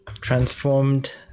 transformed